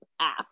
app